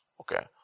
Okay